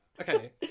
okay